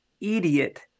idiot